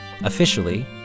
Officially